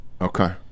Okay